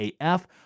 AF